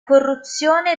corruzione